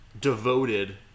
devoted